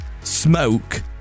smoke